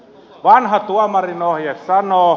vanha tuomarinohje sanoo